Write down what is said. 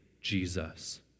Jesus